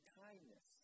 kindness